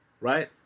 right